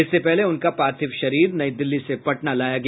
इससे पहले उनका पार्थिव शरीर नई दिल्ली से पटना लाया गया